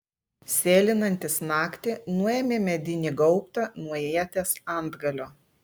sėlinantis naktį nuėmė medinį gaubtą nuo ieties antgalio